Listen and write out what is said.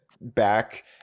back